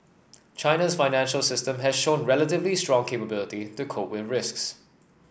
China's financial system has shown relatively strong capability to cope with risks